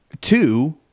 Two